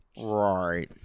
Right